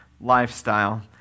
lifestyle